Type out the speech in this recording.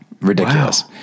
ridiculous